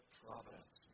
providence